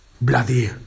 bloody